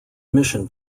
mission